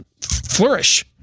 flourish